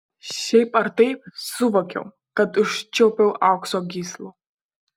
šiaip ar taip suvokiau kad užčiuopiau aukso gyslų